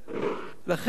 לכן אני חושב,